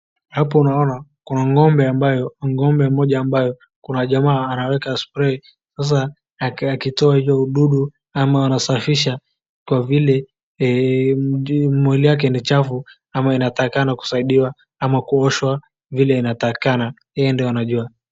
Hapo naona kuna ng'ombe ambayo ng'ombe moja ambayo kuna jamaa anaweka spray sasa akitoa hiyo dudu ama anasafisha kwa vile mwili yake ni chafu ama inatakikana kusaidiwa ama kuoshwa vile inatakikana yeye ndo anajua.